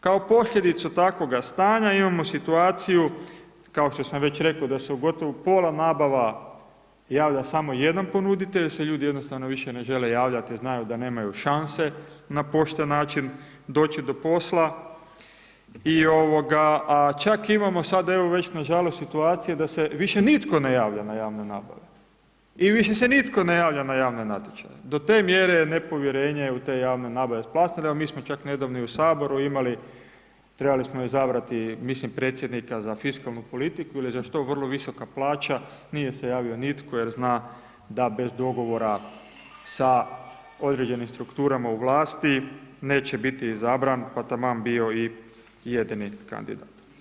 Kao posljedicu takvoga stanja, imamo situaciju, kao što sam već rekao, da su gotovo u pola nabava javlja samo jedan ponuditelj, jer se ljudi jednostavno više ne žele javljati, jer znaju da nemaju šanse na pošten način doći do posla, a čak imamo sad nažalost situaciju da se više nitko ne javlja na javne nabave i više se nitko ne javlja na javne natječaje, do te mjere je nepovjerenje u te javne nabave … Ali mi smo čak nedavno u Saboru imali, trebali smo izabrati, mislim predsjednika za fiskalnu politiku, ili za što je vrlo visoka plaća, nije se javio nitko, jer zna da bez dogovora sa određenim strukturama u vlasti neće biti izabra, pa taman bio i jedini kandidat.